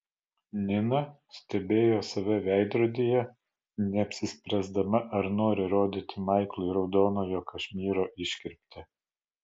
nina stebėjo save veidrodyje neapsispręsdama ar nori rodyti maiklui raudonojo kašmyro iškirptę